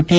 T